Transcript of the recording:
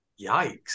Yikes